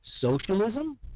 socialism